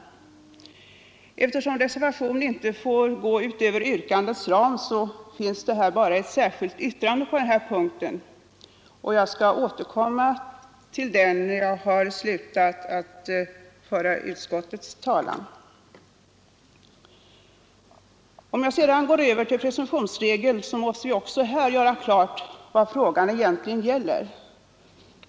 Men eftersom reservationen inte får gå utöver yrkandets ram, finns det bara ett särskilt yttrande på den här punkten, som jag skall återkomma till när jag har slutat att föra utskottets talan. Om jag sedan går över till presumtionsregeln, måste vi också här göra klart för oss vad frågan egentligen gäller.